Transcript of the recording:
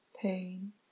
pain